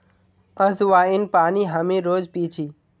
अज्वाइन पानी हामी रोज़ पी छी